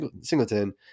Singleton